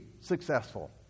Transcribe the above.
successful